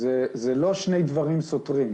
זה לא חלק מהעניין.